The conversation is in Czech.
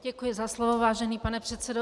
Děkuji za slovo, vážený pane předsedo.